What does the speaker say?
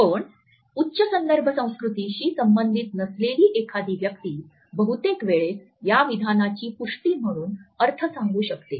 पण उच्च संदर्भ संस्कृतीशी संबंधित नसलेली एखादी व्यक्ती बहुतेक वेळेस या विधानाची पुष्टी म्हणून अर्थ सांगू शकते